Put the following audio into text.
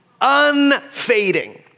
unfading